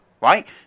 right